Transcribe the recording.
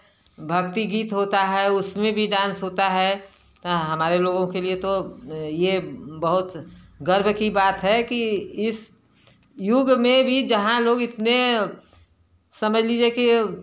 भक्ति गीत होता है उसमें भी डांस होता है तो हमारे लोगों के लिए तो यह बहुत गर्व की बात है कि इस युग में भी जहाँ लोग इतने समझ लीजिए कि